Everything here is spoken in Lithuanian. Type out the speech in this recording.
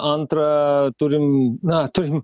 antra turim na turim